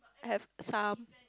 I have some